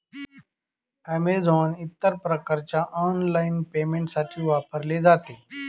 Amazon इतर प्रकारच्या online पेमेंटसाठी वापरले जाते